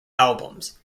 albums